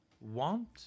want